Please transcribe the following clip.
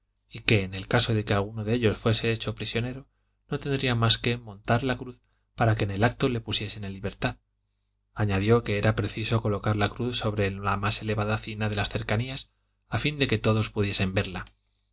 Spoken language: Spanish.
y que en el caso de que alguno de ellos fuese hecho prisionero no tendría más que mostrar la cruz para que en el acto le pusiesen en libertad añadió que era preciso colocar la cruz sobre la más elevada cima de las cercanías a fin de que todos pudiesen verla